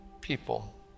people